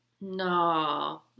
No